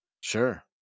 Sure